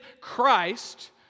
Christ